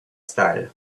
style